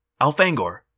Alfangor